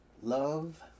love